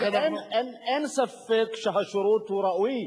לכן, אנחנו, אין ספק שהשירות הוא ראוי.